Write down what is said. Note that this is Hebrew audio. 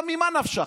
עכשיו, ממה נפשך?